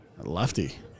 Lefty